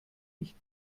nicht